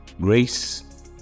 Grace